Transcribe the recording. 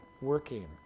working